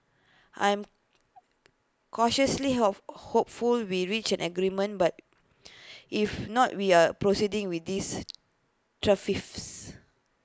I'm cautiously hope hopeful we reach an agreement but if not we are proceeding with these